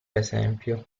esempio